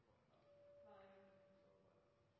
på